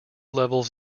levels